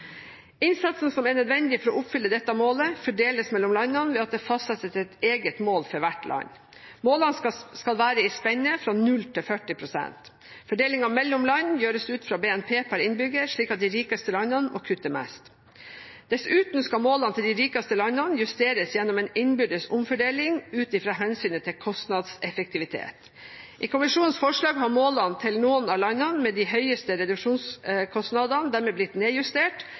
Innsatsen som er nødvendig for å oppfylle dette målet, fordeles mellom landene ved at det fastsettes et eget mål for hvert land. Målene skal være i spennet fra 0 til 40 pst. Fordelingen mellom land gjøres ut fra BNP per innbygger, slik at de rikeste landene må kutte mest. Dessuten skal målene til de rikeste landene justeres gjennom en innbyrdes omfordeling ut fra hensynet til kostnadseffektivitet. I kommisjonens forslag har målene til noen av landene med de høyeste reduksjonskostnadene dermed blitt nedjustert,